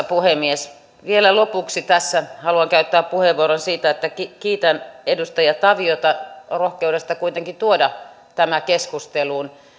puhemies vielä lopuksi tässä haluan käyttää puheenvuoron siitä että kiitän edustaja taviota rohkeudesta kuitenkin tuoda tämä keskusteluun